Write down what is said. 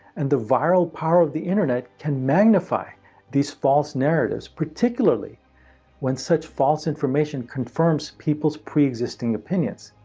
and the viral power of the internet can magnify these false narratives, particularly when such false information confirms people's preexisting opinions.